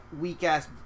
weak-ass